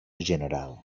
general